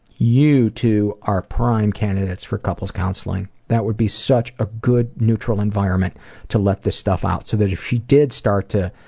you two are prime candidates for couple's counseling that would be such a good neutral environment to let this stuff out so if she did start to,